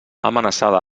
amenaçada